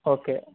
okay